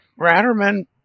Ratterman